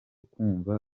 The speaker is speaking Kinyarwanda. kumva